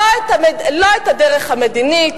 לא את הדרך המדינית,